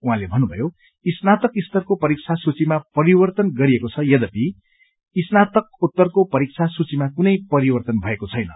उहाँले भन्नुभयो स्नातक स्तरको परीक्षा सूचीमा परिवर्तन गरिएको छ यद्यपि स्नातकोत्तरको परीक्षा सूचीमा कुनै परिवर्तन भएको छैन